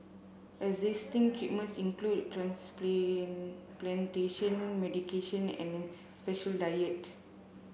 existing treatments include medication and special diets